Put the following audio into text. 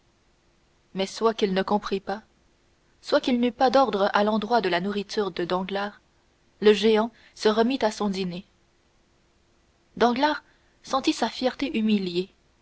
mais soit qu'il ne comprît pas soit qu'il n'eût pas d'ordres à l'endroit de la nourriture de danglars le géant se remit à son dîner danglars sentit sa fierté humiliée